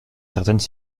certaines